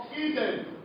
Eden